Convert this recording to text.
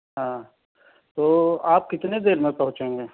ہاں تو آپ کتنے دیر میں پہنچیں گے